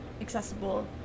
accessible